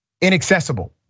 inaccessible